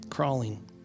crawling